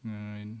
mm